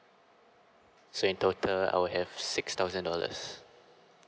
so in total I will have six thousand dollars